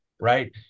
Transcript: right